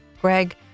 Greg